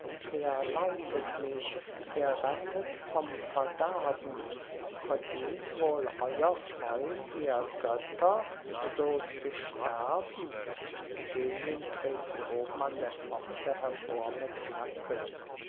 wer leitet mich wer rettet vom verderben verdient wohl euer freund ihr götter so zu sterben die genien treten oben an der pforte hervor mit fackeln